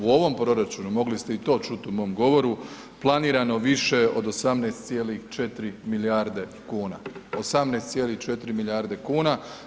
U ovom proračunu, mogli ste i to čuti u mom govoru planirano više od 18,4 milijarde kuna, 18,4 milijarde kuna.